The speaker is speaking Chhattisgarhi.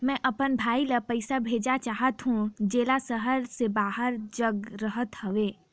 मैं अपन भाई ल पइसा भेजा चाहत हों, जेला शहर से बाहर जग रहत हवे